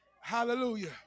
hallelujah